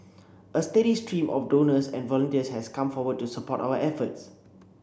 a steady stream of donors and volunteers has come forward to support our efforts